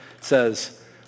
says